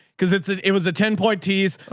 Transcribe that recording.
cause it's, it it was a ten point teas.